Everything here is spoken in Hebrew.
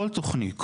כל תוכנית,